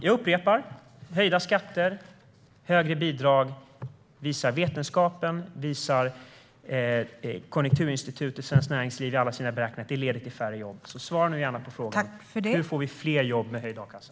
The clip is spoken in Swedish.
Jag upprepar att vetenskapen, Konjunkturinstitutet och Svenskt Näringsliv i alla sina beräkningar visar att höjda skatter och högre bidrag leder till färre jobb. Hur får vi fler jobb med höjd a-kassa?